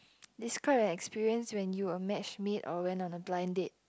describe an experience when you were match made or went on a blind date